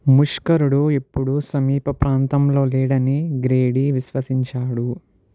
ముష్కరుడు ఇప్పుడు సమీప ప్రాంతంలో లేడని గ్రేడీ విశ్వసించాడు